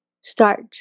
start